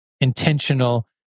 intentional